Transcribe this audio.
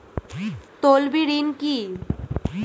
তলবি ঋন কি?